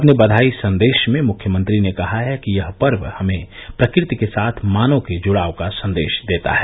अपने बधाई संदेश में मुख्यमंत्री ने कहा है कि यह पर्व हमे प्रकृति के साथ मानव के जुड़ाव का संदेश देता है